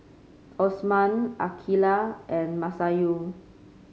Osman Aqeelah and Masayu